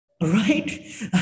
right